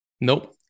nope